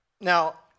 Now